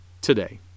today